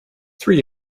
three